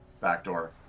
backdoor